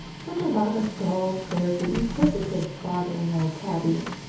such a lot of dull, prosy, inquisitive, bothering old tabbies!